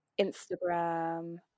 Instagram